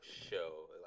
show